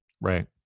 right